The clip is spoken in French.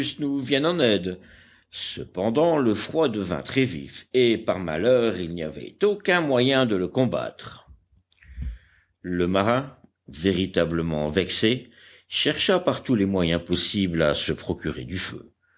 nous vienne en aide cependant le froid devint très vif et par malheur il n'y avait aucun moyen de le combattre le marin véritablement vexé chercha par tous les moyens possibles à se procurer du feu